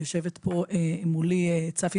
יושבת מולי צפי,